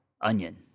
onion